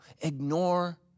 ignore